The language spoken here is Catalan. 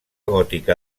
gòtica